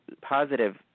positive